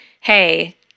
hey